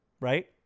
Right